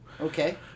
Okay